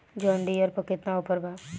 John Deere पर केतना offer बा?